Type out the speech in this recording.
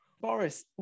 Boris